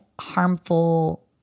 harmful